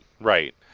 right